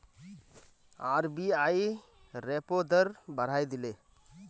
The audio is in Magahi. आर.बी.आई रेपो दर बढ़ाए दिले